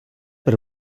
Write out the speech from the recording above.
per